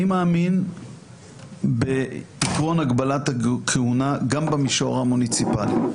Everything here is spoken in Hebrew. אני מאמין בעקרון הגבלת הכהונה גם במישור המוניציפלי.